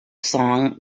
song